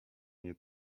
mnie